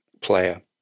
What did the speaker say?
player